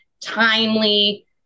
timely